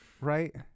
right